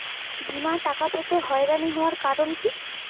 বিমার টাকা পেতে হয়রানি হওয়ার কারণ কি?